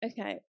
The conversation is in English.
Okay